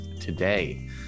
today